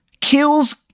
kills